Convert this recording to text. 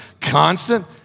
constant